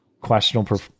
questionable